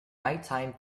nighttime